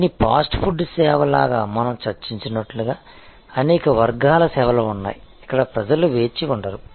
కానీ ఈ fast food సేవ లాగా మనం చర్చించినట్లుగా అనేక వర్గాల సేవలు ఉన్నాయి ఇక్కడ ప్రజలు వేచి ఉండరు